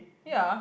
ya